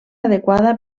adequada